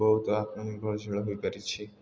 ବହୁତ ଆତ୍ମନିର୍ଭରଶୀଳ ହୋଇପାରିଛି